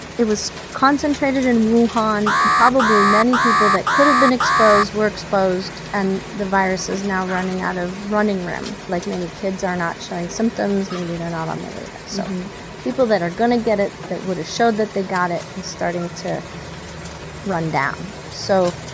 it was concentrated in wuhan, probably many people that could have been exposed, were exposed, and the virus is now running out of running room. like, maybe kids are not showing symptoms, maybe they're not on the radar. so people that are going to get it that would have showed that they got it is starting to run down. so